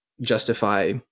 justify